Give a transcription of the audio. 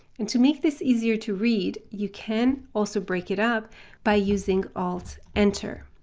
and to make this easier to read, you can also break it up by using alt enter.